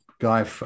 guy